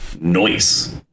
noise